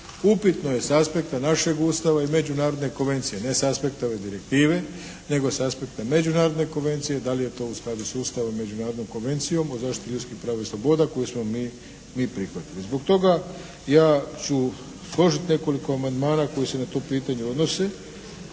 Upitno je s aspekta našeg Ustava i međunarodne konvencije, ne s aspekta ove direktive, nego s aspekta međunarodne konvencije da li je to u skladu s Ustavom, Međunarodnom konvencijom o zaštiti ljudskih prava i sloboda koji smo mi prihvatili. Zbog toga ja ću složiti nekoliko amandmana koji se na to pitanje odnose,